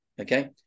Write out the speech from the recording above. okay